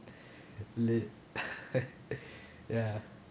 lit ya